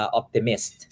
optimist